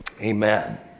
amen